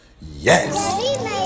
yes